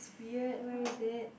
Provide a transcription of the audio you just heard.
weird where is it